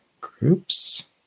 groups